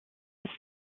was